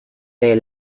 their